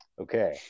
Okay